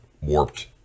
warped